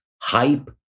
hype